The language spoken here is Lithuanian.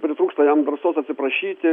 pritrūksta jam drąsos atsiprašyti